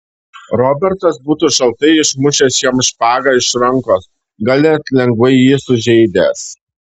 robertas būtų šaltai išmušęs jam špagą iš rankos gal net lengvai jį sužeidęs